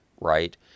right